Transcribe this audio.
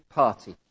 party